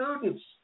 students